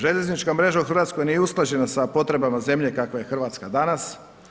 Željeznička mreža u Hrvatskoj nije usklađena sa potrebama zemlje kakva je Hrvatska danas.